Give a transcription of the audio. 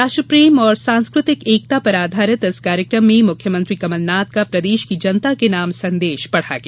राष्ट्रप्रेम और सांस्कृतिक एकता पर आधारित इस कार्यक्रम में मुख्यमंत्री कमलनाथ का प्रदेश की जनता के नाम संदेश पढ़ा गया